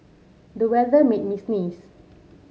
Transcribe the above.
the weather made me sneeze